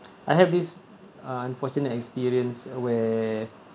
I have this uh unfortunate experience where